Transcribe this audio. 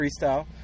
freestyle